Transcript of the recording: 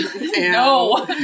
No